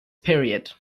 period